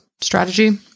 Strategy